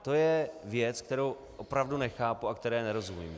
To je věc, kterou opravdu nechápu a které nerozumím.